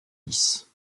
lice